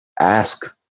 ask